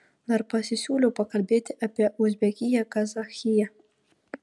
dar pasisiūliau pakalbėti apie uzbekiją kazachiją